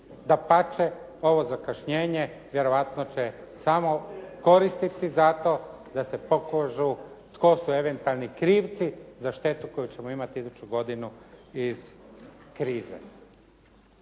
Dapače, ovo zakašnjenje vjerovatno će samo koristiti za to da se pokažu tko su eventualni krivci za štetu koju ćemo imati iduću godinu iz krize.